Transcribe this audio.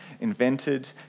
invented